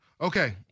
Okay